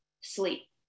sleep